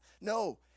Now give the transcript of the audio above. No